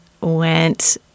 went